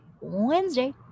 Wednesday